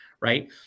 right